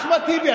אחמד טיבי,